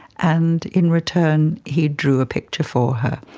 and in return he drew a picture for her.